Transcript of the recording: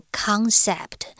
concept